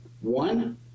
One